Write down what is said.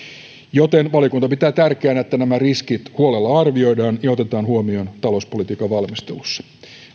valiokunta pitää tärkeänä että nämä riskit huolella arvioidaan ja otetaan huomioon talouspolitiikan valmistelussa